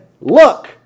look